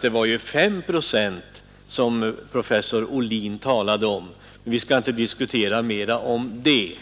Det var 5 procent som professor Ohlin talade om. Men vi skall inte diskutera den frågan mer